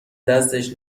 دستش